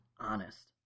Honest